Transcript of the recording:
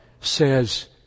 says